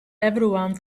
everyone